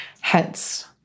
hence